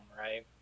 right